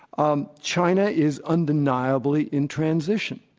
um china is undeniably in transition.